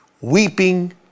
Weeping